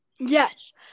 yes